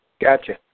Gotcha